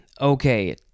okay